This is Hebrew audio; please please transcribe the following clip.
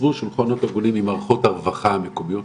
תיצרו שולחנות עגולים עם מערכות הרווחה המקומיות,